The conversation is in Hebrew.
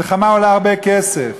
מלחמה עולה הרבה כסף,